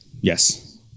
yes